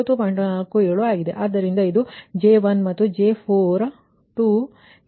47 ಆಗಿದೆ ಆದ್ದರಿಂದ ಇದು J1 ಇದು J4 2 into 2 ಮ್ಯಾಟ್ರಿಕ್ಸ್ ಸರಿ